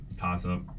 toss-up